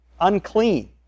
unclean